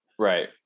Right